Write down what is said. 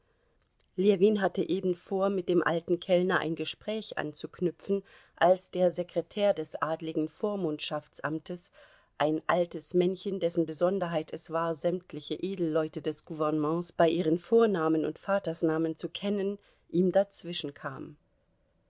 ljewin hatte eben vor mit dem alten kellner ein gespräch anzuknüpfen als der sekretär des adligen vormundschaftsamtes ein altes männchen dessen besonderheit es war sämtliche edelleute des gouvernements bei ihren vornamen und vatersnamen zu kennen ihm dazwischenkam